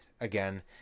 again